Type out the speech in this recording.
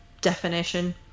definition